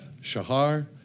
Shahar